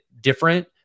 different